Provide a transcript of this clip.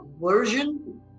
version